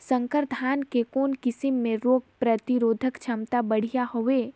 संकर धान के कौन किसम मे रोग प्रतिरोधक क्षमता बढ़िया हवे?